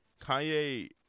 Kanye